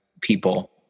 people